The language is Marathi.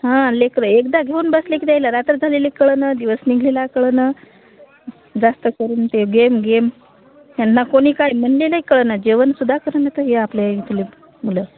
हां लेकरं एकदा घेऊन बसले कि त्येयला रात्र झालेले कळेना दिवस निघलेला कळेना जास्त करून ते गेम गेम यांना कोणी काय म्हणलेलही कळेना जेवणसुद्धा करेनात हे आपल्या इथलले मुलं